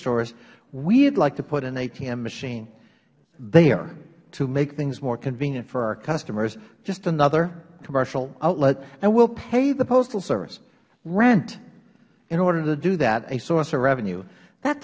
stores we would like to put an atm machine there to make things more convenient for our customers just another commercial outlet and we will pay the postal service rent in order to do that a source of revenue that